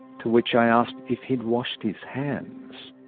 to which i asked if he had washed his hands.